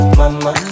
mama